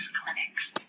clinics